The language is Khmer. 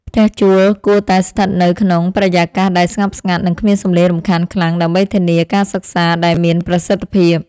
ផ្ទះជួលគួរតែស្ថិតនៅក្នុងបរិយាកាសដែលស្ងប់ស្ងាត់និងគ្មានសំឡេងរំខានខ្លាំង ដើម្បីធានាការសិក្សាដែលមានប្រសិទ្ធភាព។